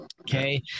Okay